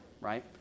right